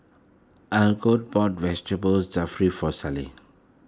Algot bought Vegetable Jalfrezi for